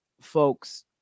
folks